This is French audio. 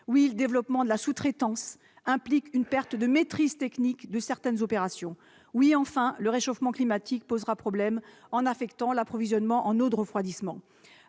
Oui, le développement de la sous-traitance implique une perte de maîtrise technique de certaines opérations. Oui, enfin, le réchauffement climatique posera problème, en affectant l'approvisionnement des centrales en eau de refroidissement.